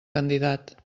candidat